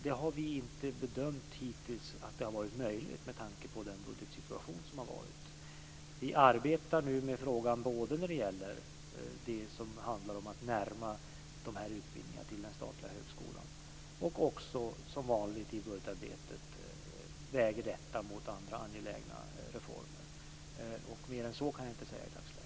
Det har vi hittills inte bedömt som möjligt med tanke på den budgetsituation som har varit. Vi arbetar nu med frågan, både att närma utbildningarna till den statliga högskolan och också, som vanligt i budgetarbetet, att väga detta mot andra angelägna reformer. Mer än så kan jag inte säga i dagsläget.